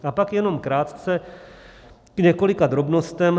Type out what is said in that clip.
A pak jenom krátce k několika drobnostem.